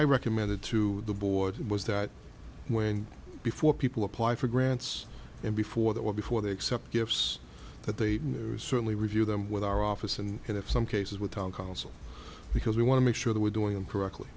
i recommended to the board was that when before people apply for grants and before that well before they accept gifts that they certainly review them with our office and if some cases with town council because we want to make sure that we're doing them correctly